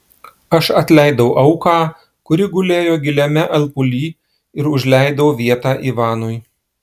aš atleidau auką kuri gulėjo giliame alpuly ir užleidau vietą ivanui